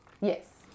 Yes